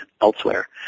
elsewhere